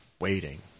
waiting